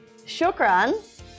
shukran